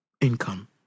income